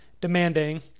demanding